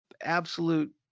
absolute